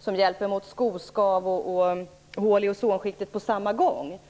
som hjälper mot skoskav och hål i ozonskiktet på samma gång.